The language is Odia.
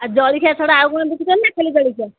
ଏ ଜଳଖିଆ ଛଡ଼ା ଆଉ କ'ଣ ବିକୁଛନ୍ତି ନା ଖାଲି ଜଳଖିଆ